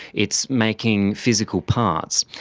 it's making physical parts.